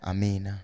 Amen